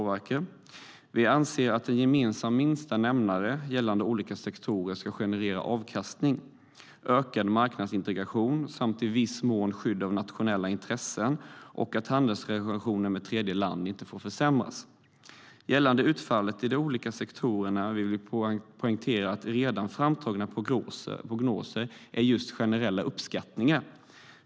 Vi anser att en gemensam minsta nämnare för de olika sektorerna ska generera avkastning, ökad marknadsintegration och i viss mån skydd av nationella intressen samt att handelsrelationer med tredjeland inte får försämras. Gällande utfallet i de olika sektorerna vill vi poängtera att redan framtagna prognoser är just generella uppskattningar.